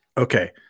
Okay